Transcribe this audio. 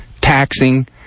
taxing